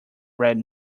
red